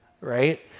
right